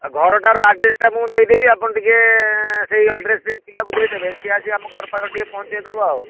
ଆଉ ଘରଟାର ଆଡ଼୍ରେସ୍ ମୁଁ ଦେଇଦେବି ଆପଣ ଟିକିଏ ସେଇ ଆଡ଼୍ରେସ୍ ରେ ଏ ପିଲାକୁ ଦେଇଦେବେ ସିଏ ଆସି ଆମ ଘର ପାଖରେ ଟିକିଏ ପହଁଞ୍ଚେଇଦେବ ଆଉ